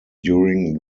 during